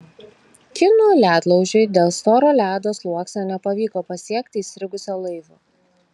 kinų ledlaužiui dėl storo ledo sluoksnio nepavyko pasiekti įstrigusio laivo